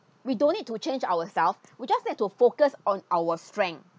we don't need to change ourselves we just need to focus on our strength